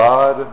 God